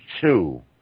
two